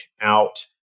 out